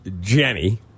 Jenny